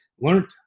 learned